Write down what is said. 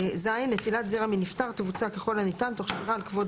(ז) נטילת זרע מנפטר תבוצע ככל הניתן תוך שמירה על כבוד